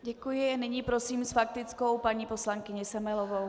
Děkuji, nyní prosím s faktickou paní poslankyni Semelovou.